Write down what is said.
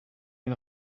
den